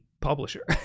publisher